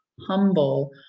humble